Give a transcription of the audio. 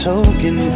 token